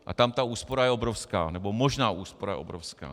A tam ta úspora je obrovská, nebo možná úspora obrovská.